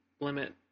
limit